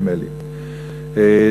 נדמה לי,